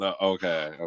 Okay